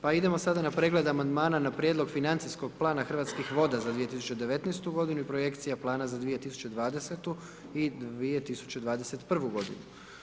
Pa idemo sada na pregled amandmana na prijedlog Financijskog plana Hrvatskih voda za 2019. godinu i projekcija plana za 2020. i 2021. godinu.